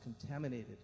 contaminated